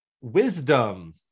Wisdom